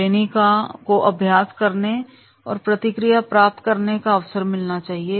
trainee को अभ्यास करने और प्रतिक्रिया प्राप्त करने का अवसर मिलना चाहिए